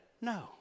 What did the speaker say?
no